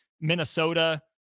Minnesota